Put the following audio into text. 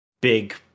big